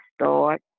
start